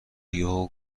یهو